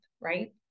right